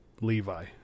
Levi